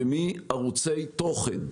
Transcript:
ומערוצי תוכן.